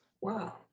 Wow